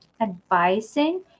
advising